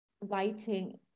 writing